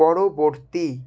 পরবর্তী